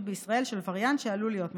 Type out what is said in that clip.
בישראל של וריאנט שעלול להיות מסוכן.